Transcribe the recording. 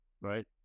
Right